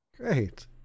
Great